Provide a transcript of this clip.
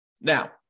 Now